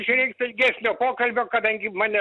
čia reiktų ilgesnio pokalbio kadangi mane